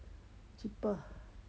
cheaper